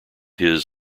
his